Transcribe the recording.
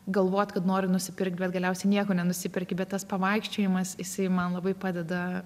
galvot kad nori nusipirkt bet galiausiai nieko nenusiperki bet tas pavaikščiojimas jisai man labai padeda